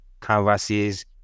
canvases